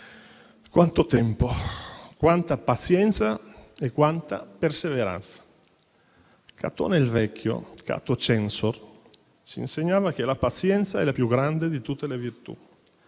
Quanto tempo! Quanta pazienza! Quanta perseveranza! Catone il vecchio, *Cato* *censor*, ci insegnava che la pazienza è la più grande di tutte le virtù.